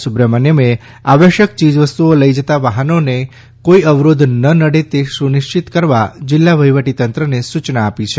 સુબ્રમા્થમે આવશ્યક ચીજવસ્તુઓ લઈ જતા વાહનોને કોઈ અવરોધ ન નડે તે સુનિશ્ચિત કરવા જિલ્લા વહીવટી તંત્રને સૂચના આપી છે